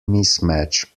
mismatch